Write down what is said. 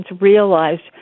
realized